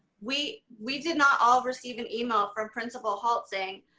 we we did not all receive an email from principal halt saying,